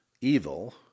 evil